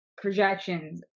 projections